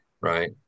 right